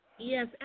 Yes